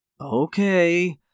Okay